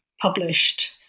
published